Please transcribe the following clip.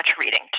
reading